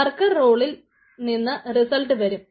worker റോളിൽ നിന്ന് result വരും